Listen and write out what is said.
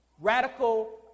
radical